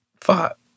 Fuck